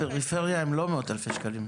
בפריפריה הם לא מאות אלפי שקלים.